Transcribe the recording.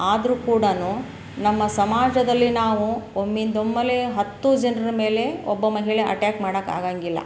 ಆದರೂ ಕೂಡ ನಮ್ಮ ಸಮಾಜದಲ್ಲಿ ನಾವು ಒಮ್ಮಿಂದೊಮ್ಮೆಲೇ ಹತ್ತು ಜನರ ಮೇಲೆ ಒಬ್ಬ ಮಹಿಳೆ ಅಟ್ಯಾಕ್ ಮಾಡಕ್ಕೆ ಆಗೋಂಗಿಲ್ಲ